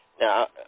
Now